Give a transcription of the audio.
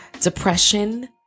depression